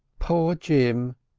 poor jim,